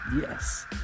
yes